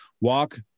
walk